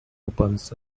opens